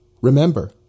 Remember